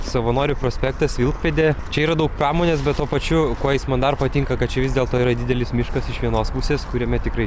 savanorių prospektas vilkpėdė čia yra daug pramonės bet tuo pačiu kuo jis man dar patinka kad čia vis dėlto yra didelis miškas iš vienos pusės kuriame tikrai